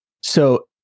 So-